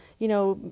you know,